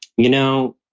you know,